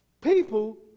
people